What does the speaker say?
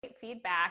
Feedback